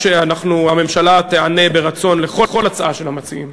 הממשלה תיענה ברצון לכל הצעה של המציעים.